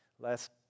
Last